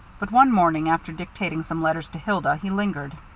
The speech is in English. but one morning, after dictating some letters to hilda, he lingered.